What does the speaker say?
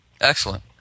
Excellent